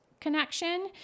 connection